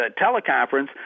teleconference